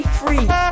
free